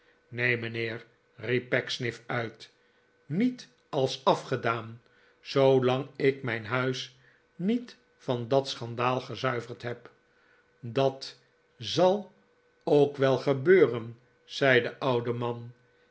neen mijnheer riep pecksniff uit niet als afgedaan zoolang ik mijn huis niet van dat schandaal gezuiverd heb dat zal ook wel gebeuren zei de oude man